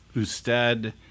usted